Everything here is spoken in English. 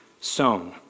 sown